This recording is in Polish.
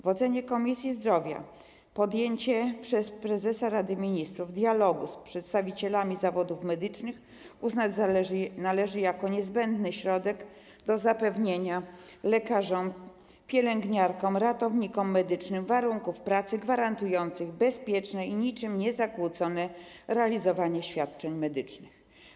W ocenie Komisji Zdrowia podjęcie przez prezesa Rady Ministrów dialogu z przedstawicielami zawodów medycznych uznać należy jako niezbędny środek do zapewnienia lekarzom, pielęgniarkom, ratownikom medycznym warunków pracy gwarantujących bezpieczne i niczym niezakłócone realizowanie świadczeń medycznych.